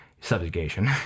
subjugation